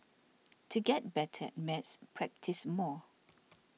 to get better maths practise more